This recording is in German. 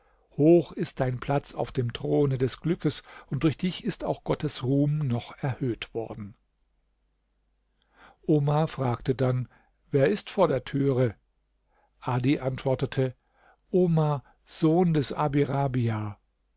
hoch ist dein platz auf dem throne des glückes und durch dich ist auch gottes ruhm noch erhöht worden omar fragte dann wer ist vor der türe adi antwortete omar sohn des abi rabia